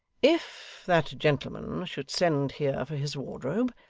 if that gentleman should send here for his wardrobe,